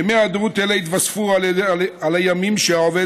ימי היעדרות אלה יתווספו על הימים שהעובד